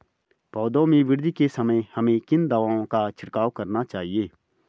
पौधों में वृद्धि के समय हमें किन दावों का छिड़काव करना चाहिए?